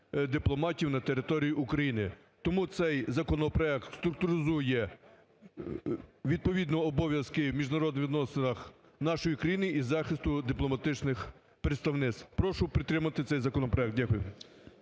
дипломатів на території України. Тому цей законопроект структуризує відповідно обов'язки у міжнародних відносинах нашої країни і захисту дипломатичних представництв. Прошу підтримати цей законопроект. Дякую.